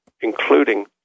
including